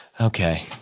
okay